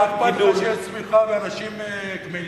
מה אכפת לך שתהיה צמיחה ואנשים קמלים?